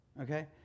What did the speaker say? okay